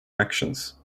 actions